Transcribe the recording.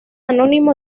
anónimo